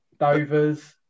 Dovers